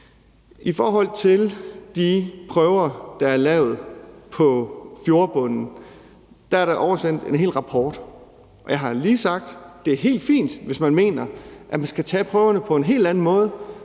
I forhold til de prøver, der er taget af fjordbunden, er der oversendt en hel rapport, og jeg har lige sagt, at det er helt fint, hvis man mener, at man skal tage prøverne på en helt anden måde,